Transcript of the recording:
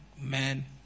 man